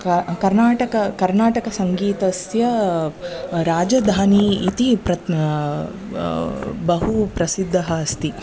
क कर्नाटक कर्नाटकसङ्गीतस्य राजधानी इति प्रत् बहु प्रसिद्धा अस्ति